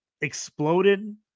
exploded